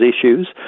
issues